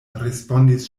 respondis